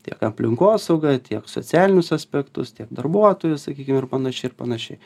tiek aplinkosaugą tiek socialinius aspektus tiek darbuotojus sakykim ir panašiai ir panašiai